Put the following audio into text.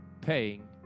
paying